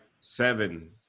seven